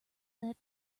that